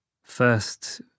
First